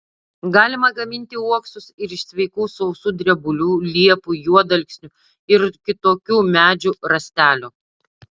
galima gaminti uoksus ir iš sveikų sausų drebulių liepų juodalksnių ir kitokių medžių rąstelių